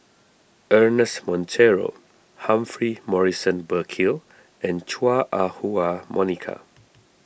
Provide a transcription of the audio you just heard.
Ernest Monteiro Humphrey Morrison Burkill and Chua Ah Huwa Monica